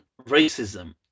racism